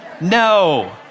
No